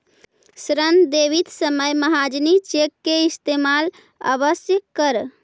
ऋण देवित समय महाजनी चेक के इस्तेमाल अवश्य करऽ